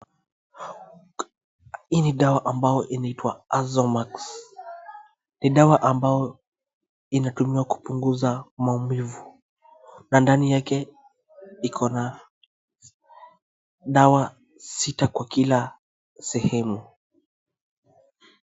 Hii ni dawa ambayo inaitwa Azomax. Ni dawa ambayo inatumika kupunguza maumivu na ndani yake ikona dawa sita kwa kila sehemu.